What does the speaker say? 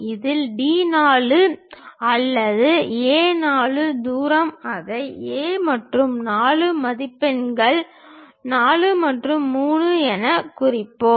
இதேபோல் D 4 அல்லது A 4 தூரம் அதை A மற்றும் 4 மதிப்பெண்கள் 4 மற்றும் 3 எனக் குறிக்கிறது